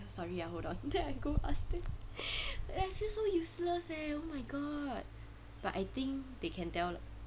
sorry ah hold on then I go ask them then I feel so useless eh oh my god but I think they can tell lah